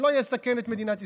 שלא יסכן את מדינת ישראל?